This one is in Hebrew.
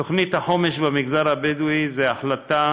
תוכנית החומש במגזר הבדואי, החלטה